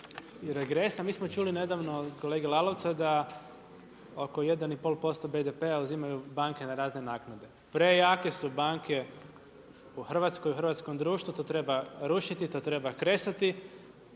mi smo čuli nedavno od kolege Lalovca, da oko 1,5% BDP uzimaju banke na razne naknade. Prejake su banke u Hrvatskoj, u hrvatskom društvu, to treba rušiti, to treba kresati,